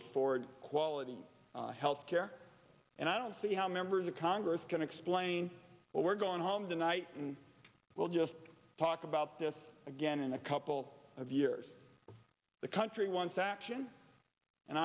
afford quality health care and i don't see how members of congress can explain what we're going home tonight and we'll just talk about this again in a couple of years the country wants action and